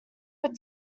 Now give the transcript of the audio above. your